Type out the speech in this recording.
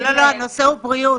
הנושא הוא בריאות.